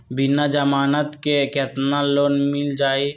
बिना जमानत के केतना लोन मिल जाइ?